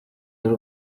y’u